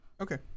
Okay